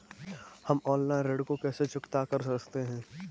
हम ऑनलाइन ऋण को कैसे चुकता कर सकते हैं?